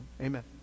Amen